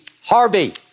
Harvey